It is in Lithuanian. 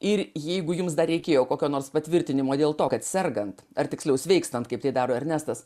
ir jeigu jums dar reikėjo kokio nors patvirtinimo dėl to kad sergant ar tiksliau sveikstant kaip tai daro ernestas